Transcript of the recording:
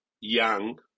young